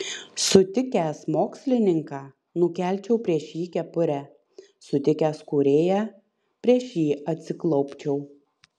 sutikęs mokslininką nukelčiau prieš jį kepurę sutikęs kūrėją prieš jį atsiklaupčiau